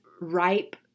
ripe